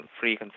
free